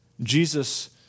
Jesus